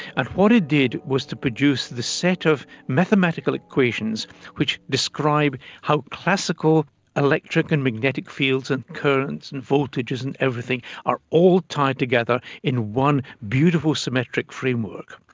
and what it did was to produce the set of mathematical equations which describe how classical electric and magnetic fields and currents and voltages and everything are all tied together in one beautiful symmetric framework.